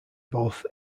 both